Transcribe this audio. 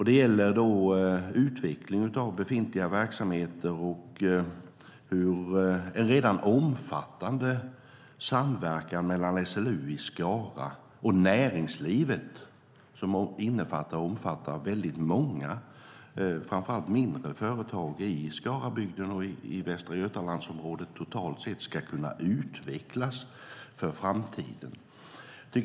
Det handlar om utveckling av befintliga verksamheter och om hur en redan omfattande samverkan mellan SLU i Skara och näringslivet, som omfattar många framför allt mindre företag i Skarabygden och Västra Götaland, ska kunna utvecklas för framtiden.